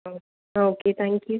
ஆ ஆ okay thank you